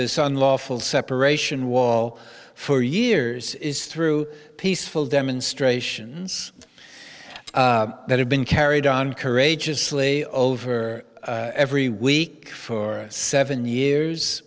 this unlawful separation wall for years is through peaceful demonstrations that have been carried on courageously over every week for seven years